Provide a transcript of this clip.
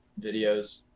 videos